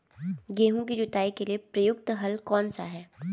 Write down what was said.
गेहूँ की जुताई के लिए प्रयुक्त हल कौनसा है?